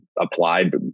applied